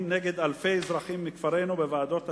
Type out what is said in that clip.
נגד אלפי אזרחים מכפרינו בוועדות השונות,